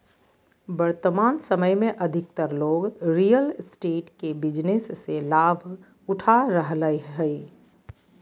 वर्तमान समय में अधिकतर लोग रियल एस्टेट के बिजनेस से लाभ उठा रहलय हइ